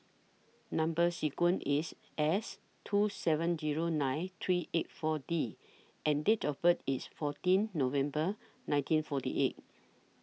Number sequence IS S two seven Zero nine three eight four D and Date of birth IS fourteen November nineteen forty eight